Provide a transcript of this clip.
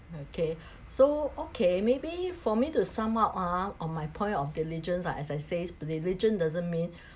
okay so okay maybe for me to sum up ah on my point of diligence ah as I say diligent doesn't mean